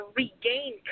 regain